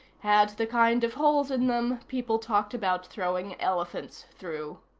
had the kind of holes in them people talked about throwing elephants through.